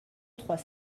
trois